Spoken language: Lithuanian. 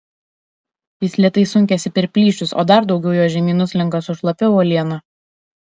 jis lėtai sunkiasi per plyšius o dar daugiau jo žemyn nuslenka su šlapia uoliena